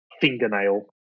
fingernail